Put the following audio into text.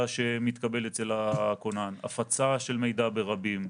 שמתקבל אצל הכונן: הפצה של מידע ברבים,